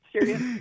serious